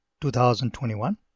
2021